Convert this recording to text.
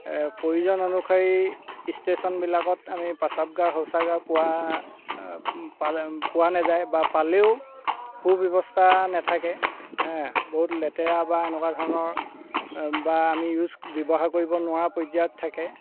প্ৰয়োজন অনুসৰি ইষ্টেশ্যনবিলাকত আমি প্ৰাসাৱগাৰ শৌচাগাৰ পোৱা পালে পোৱা নাযায় বা পালেও সু ব্যৱস্থা নাথাকে বহুত লেতেৰা বা এনেকুৱা ধৰণৰ বা আমি ইউজ ব্যৱহাৰ কৰিব নোৱাৰা পৰ্যায়ত থাকে